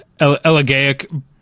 Elegaic